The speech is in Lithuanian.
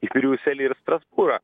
į briuselį ir strasbūrą